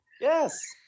Yes